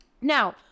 Now